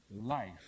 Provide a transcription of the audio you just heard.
life